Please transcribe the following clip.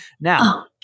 Now